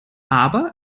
aber